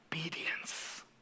obedience